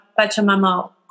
Pachamama